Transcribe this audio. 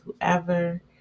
whoever